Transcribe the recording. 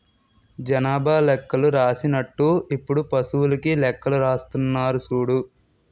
జనాభా లెక్కలు రాసినట్టు ఇప్పుడు పశువులకీ లెక్కలు రాస్తున్నారు సూడు